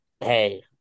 Hey